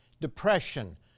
depression